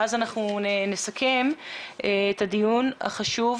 ואז אנחנו נסכם את הדיון החשוב.